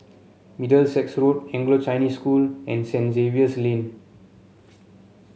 Middlesex Road Anglo Chinese School and Saint Zavier's Lane